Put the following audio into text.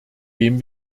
dem